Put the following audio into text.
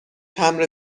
تمبر